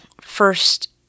first